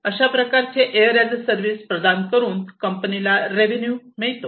अशा प्रकारे air as a service प्रदान करून कंपनीला रेवेन्यू मिळतो